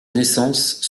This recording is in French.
naissance